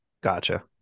Gotcha